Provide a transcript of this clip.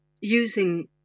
using